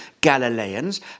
Galileans